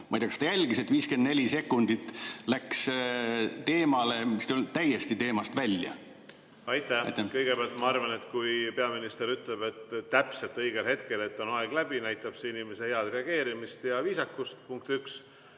Ma ei tea, kas ta jälgis, et 54 sekundit läks teemale, mis on täiesti teemast väljas. Aitäh! Kõigepealt, ma arvan, et kui peaminister ütleb täpselt õigel hetkel, et aeg on läbi, näitab see inimese head reageerimist ja viisakust, punkt üks.